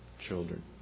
children